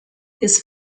his